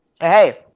Hey